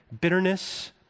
bitterness